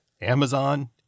Amazon